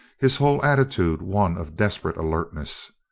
his whole attitude one of desperate alertness.